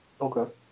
Okay